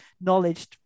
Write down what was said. knowledge